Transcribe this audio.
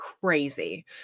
crazy